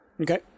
Okay